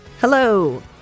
Hello